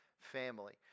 family